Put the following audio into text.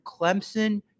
Clemson